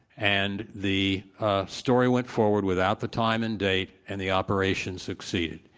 and the ah story went forward without the time and date, and the operation succeeded.